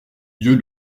dieu